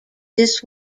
this